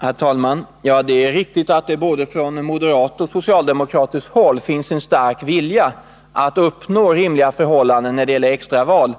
Herr talman! Det är riktigt att det från både moderat och socialdemokratiskt håll finns en stark vilja att uppnå rimliga förhållanden när det gäller extra val.